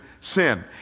sin